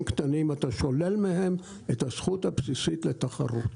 הקטנים; אתה שולל מהם את הזכות הבסיסית לתחרות.